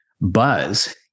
Buzz